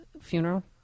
funeral